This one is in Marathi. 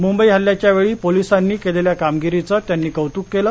मुंबई हल्ल्याच्यावेळी पोलीसांनी केलेल्या कामगिरीचे त्यांनी कौतूक केले